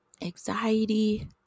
anxiety